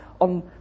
on